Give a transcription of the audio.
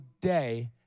day